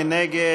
מי נגד?